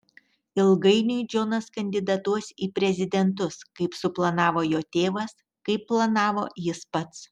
ilgainiui džonas kandidatuos į prezidentus kaip suplanavo jo tėvas kaip planavo jis pats